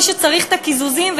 מי שצריך את הקיזוזים,